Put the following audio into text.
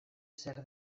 zer